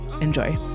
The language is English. Enjoy